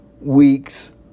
weeks